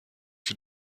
für